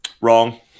Wrong